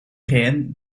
rijn